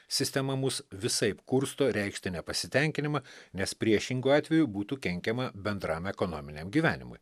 sistema mus visaip kursto reikšti nepasitenkinimą nes priešingu atveju būtų kenkiama bendram ekonominiam gyvenimui